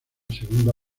segunda